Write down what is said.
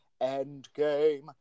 Endgame